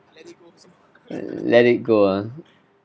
let it go ah